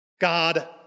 God